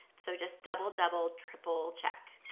so just double double triple check.